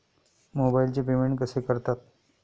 मोबाइलचे पेमेंट कसे करतात?